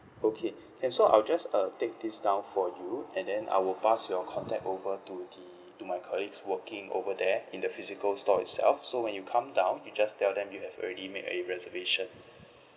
okay and so I will just uh take this down for you and then I will pass your contact over to the to my colleagues working over there in the physical store itself so when you come down you just tell them you have already made a reservation